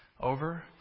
over